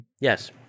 Yes